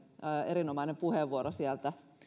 erinomainen puheenvuoro sieltä